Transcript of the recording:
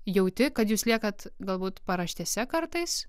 jauti kad jūs liekat galbūt paraštėse kartais